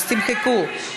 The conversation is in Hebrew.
אז תמחקו.